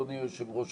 אדוני היושב-ראש,